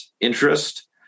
interest